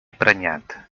prenyat